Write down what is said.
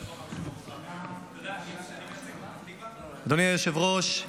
אדוני היושב-ראש,